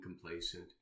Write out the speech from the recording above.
complacent